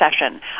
session